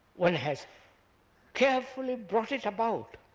one has carefully brought it about